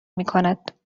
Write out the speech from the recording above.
میکند